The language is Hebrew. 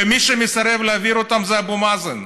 ומי שמסרב להעביר אותה זה אבו מאזן.